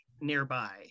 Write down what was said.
nearby